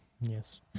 Yes